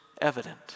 evident